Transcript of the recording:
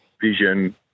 vision